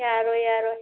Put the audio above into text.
ꯌꯥꯔꯣꯏ ꯌꯥꯔꯣꯏ